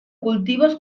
cultivos